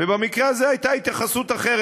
ובמקרה הזה הייתה התייחסות אחרת.